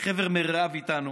וחבר מרעיו איתנו